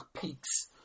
peaks